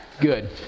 Good